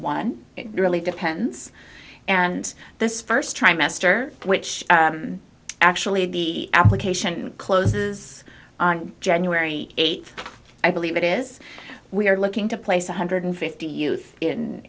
it really depends and this first trimester which actually the application closes on january eighth i believe it is we are looking to place one hundred fifty youth in